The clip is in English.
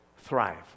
thrive